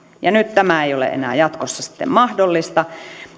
ja nyt tämä ei ole enää jatkossa sitten mahdollista